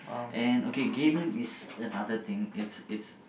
and okay gaming is another thing it's it's